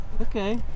Okay